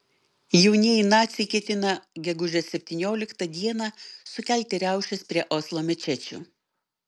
jaunieji naciai ketina gegužės septynioliktą dieną sukelti riaušes prie oslo mečečių